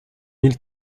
mille